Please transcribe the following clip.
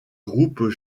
groupes